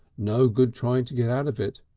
no good trying to get out of it.